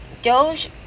Doge